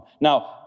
Now